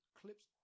clips